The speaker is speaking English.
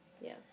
Yes